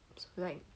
so like